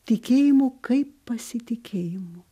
tikėjimu kaip pasitikėjimu